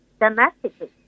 domestically